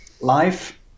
life